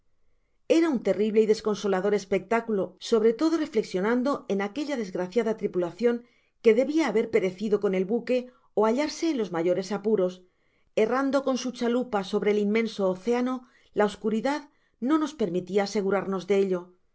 era tío terrible y desconsolador espectáculo sobre todo reflexionando en aquella desgraciada tripulacion que debia haber perecido con el buque ó hallarse en los mayores apuros errando con su chalupa sobre el inmenso océano la oscuridad no nos permitía asegurarnos de ello